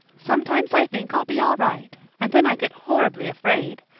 sometimes i think i'll be all right and then i get horribly afraid.